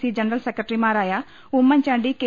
C general സെക്രട്ടറിമാരായ Oommen Chandy K